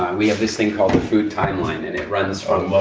we have this thing called the food timeline and it runs from ah